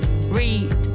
read